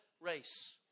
race